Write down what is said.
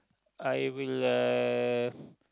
I will uh